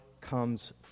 comes